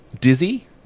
dizzy